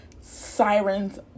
sirens